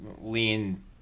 lean